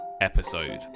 episode